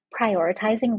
prioritizing